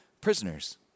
prisoners